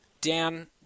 Dan